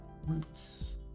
roots